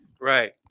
Right